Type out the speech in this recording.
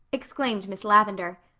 exclaimed miss lavendar.